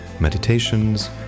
meditations